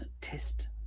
test